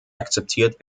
akzeptiert